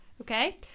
Okay